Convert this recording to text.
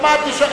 שמעתי.